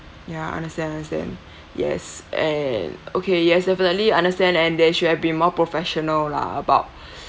ya understand understand yes and okay yes definitely understand and they should have been more professional lah about